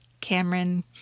Cameron